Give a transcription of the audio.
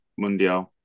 Mundial